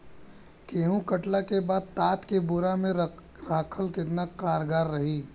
गेंहू कटला के बाद तात के बोरा मे राखल केतना कारगर रही?